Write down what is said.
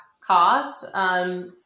cost